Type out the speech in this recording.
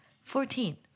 Fourteen